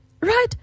right